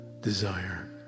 desire